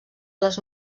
les